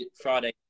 Friday